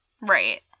Right